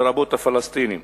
לרבות הפלסטינים,